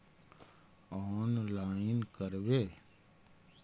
Online करवे?